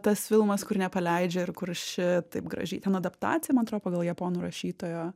tas filmas kur nepaleidžia ir kur ši taip gražiai ten adaptacija man atrodo pagal japonų rašytojo